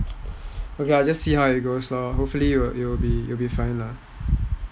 alright just see how it goes lah hopefully it'll be fine man